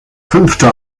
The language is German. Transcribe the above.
fünfte